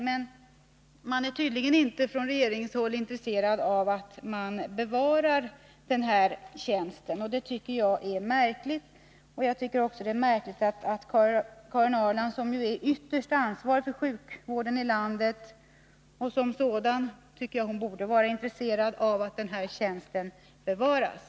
Men man är tydligen inte från regeringshåll intresserad av att bevara gynekologtjänsten. Det tycker jag är märkligt. Jag tycker att Karin Ahrland, som är ytterst ansvarig för sjukvården i landet, borde vara intresserad av att denna tjänst bevaras.